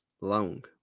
long